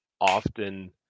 often